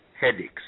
headaches